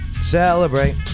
Celebrate